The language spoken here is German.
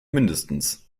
mindestens